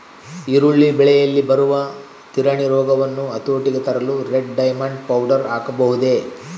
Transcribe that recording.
ಈರುಳ್ಳಿ ಬೆಳೆಯಲ್ಲಿ ಬರುವ ತಿರಣಿ ರೋಗವನ್ನು ಹತೋಟಿಗೆ ತರಲು ರೆಡ್ ಡೈಮಂಡ್ ಪೌಡರ್ ಹಾಕಬಹುದೇ?